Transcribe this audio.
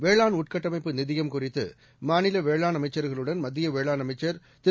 வேளாண் உள்கட்டமைப்பு நிதியம் குறித்துமாநிலவேளாண் அமைச்சர்களுடன் மத்தியவேளாண் அமைச்சர் திரு